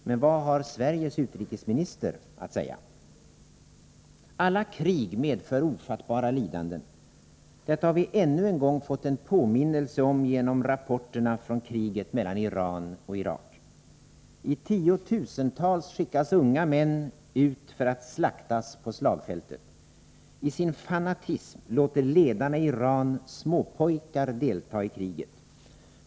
Men vad har Sveriges utrikesminister att säga? Alla krig medför ofattbara lidanden. Detta har vi ännu en gång fått en påminnelse om genom rapporterna från kriget mellan Iran och Irak. I tiotusental skickas unga män ut för att slaktas ute på slagfältet. I sin fanatism låter ledarna i Iran småpojkar delta i kriget.